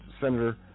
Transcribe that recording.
Senator